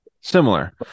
Similar